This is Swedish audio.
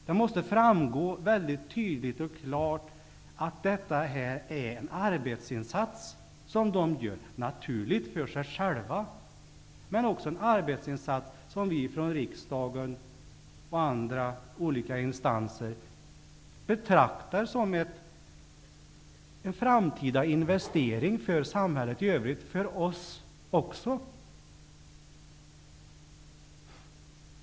Det måste framgå mycket tydligt och klart att det är en arbetsinsats som de gör. Naturligtvis gör de den för sig själva, men det är också en arbetsinsats som vi från riksdagen och andra instanser betraktar som en framtida investering för samhället.